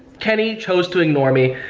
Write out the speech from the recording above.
kenny chose to ignore me,